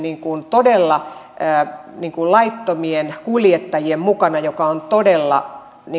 todella laittomien kuljettajien mukana mikä on todella